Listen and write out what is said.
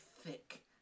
thick